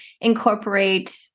incorporate